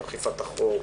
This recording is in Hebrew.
מערכת אכיפת החוק,